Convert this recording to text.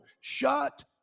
shut